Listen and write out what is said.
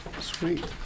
Sweet